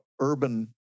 urban